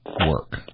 work